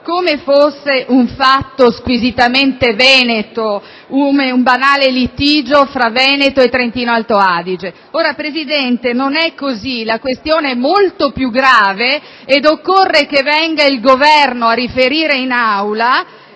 se fosse un fatto squisitamente veneto, un banale litigio tra Veneto e Trentino-Alto Adige. Presidente, non è così, la questione è molto più grave e occorre che venga il Governo a riferire in Aula.